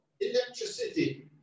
electricity